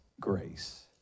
grace